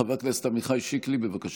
חבר הכנסת עמיחי שיקלי, בבקשה.